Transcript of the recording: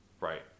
right